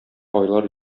айлар